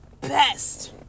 best